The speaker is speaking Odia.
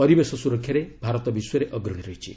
ପରିବେଶ ସୁରକ୍ଷାରେ ଭାରତ ବିଶ୍ୱରେ ଅଗ୍ରଣୀ ରହିଛି